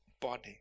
body